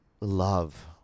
love